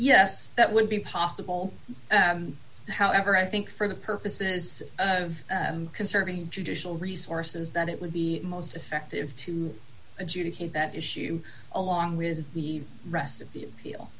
yes that would be possible however i think for the purposes of conserving judicial resources that it would be most effective to adjudicate that issue along with the rest of the